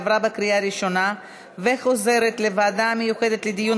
עברה בקריאה ראשונה וחוזרת לוועדה המיוחדת לדיון